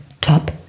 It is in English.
Top